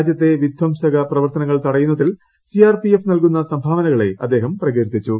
രാജ്യത്തെ വിധംസക പ്രവർത്തനങ്ങൾ തടയുന്നതിന് സി ആർ പി എഫ് നൽകുന്ന സംഭാവനകളെ അദ്ദേഹം പ്രകീർത്തിച്ചു